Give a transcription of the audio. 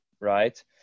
right